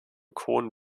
cohn